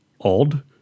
odd